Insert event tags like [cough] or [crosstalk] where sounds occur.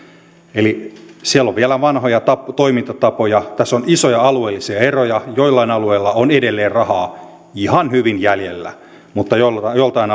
eli siellä on vielä vanhoja toimintatapoja tässä on isoja alueellisia eroja joillain alueilla on edelleen rahaa ihan hyvin jäljellä mutta joiltain [unintelligible]